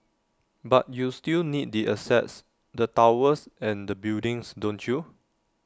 but you still need the assets the towers and the buildings don't you